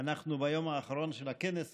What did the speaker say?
אנחנו ביום האחרון של הכנס הזה,